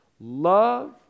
Love